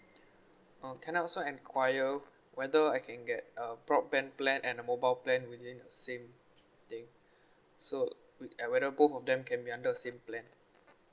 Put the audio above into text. uh can I also enquire whether I can get uh broadband plan and a mobile plan within the same thing so whether both of them can be under the same plan